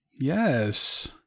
Yes